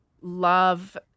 love